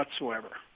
whatsoever